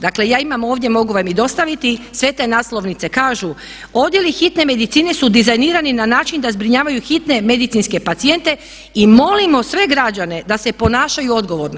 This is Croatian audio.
Dakle ja imam ovdje, mogu vam i dostaviti sve te naslovnice kažu, odjeli hitne medicine su dizajnirani na način da zbrinjavaju hitne medicinske pacijente i molimo sve građane da se ponašaju odgovorno.